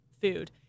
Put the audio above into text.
Food